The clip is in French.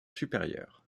supérieur